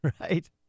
right